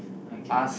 okay